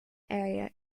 area